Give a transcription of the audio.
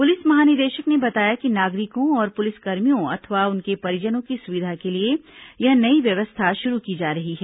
police महानिदेशक ने बताया कि नागरिकों और पुलिसकर्मियों अथवा उनके परिजनों की सुविधा के लिए यह नई व्यवस्था शुरू की जा रही है